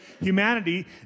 humanity